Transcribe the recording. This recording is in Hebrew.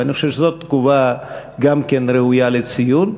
ואני חושב שזאת תגובה גם כן ראויה לציון.